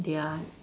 their